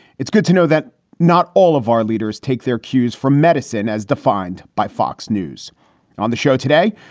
it's good to know that not all of our leaders take their cues from medicine as defined by fox news on the show today.